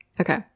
Okay